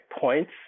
points